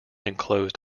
enclosed